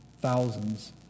thousands